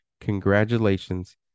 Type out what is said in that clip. congratulations